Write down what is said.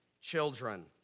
children